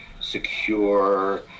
secure